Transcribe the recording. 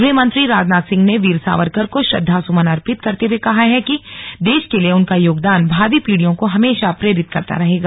गृहमंत्री राजनाथ सिंह ने वीर सावरकर को श्रद्धा सुमन अर्पित करते हुए कहा है कि देश के लिए उनका योगदान भावी पीढ़ियों को हमेशा प्रेरित करता रहेगा